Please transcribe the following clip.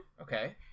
Okay